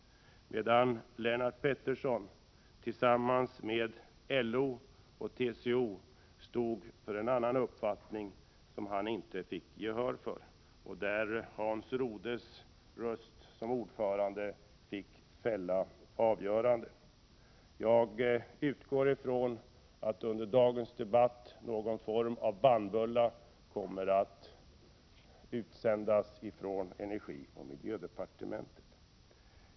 Lennart Pettersson stod tillsammans med LO och TCO för en annan uppfattning som han inte fick gehör för. Hans Rodes röst — Hans Rode är ordförande — fick bli avgörande. Jag utgår från att någon form av bannbulla kommer att utsändas från energioch miljödepartementet under dagens debatt.